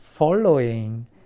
Following